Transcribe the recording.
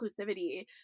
inclusivity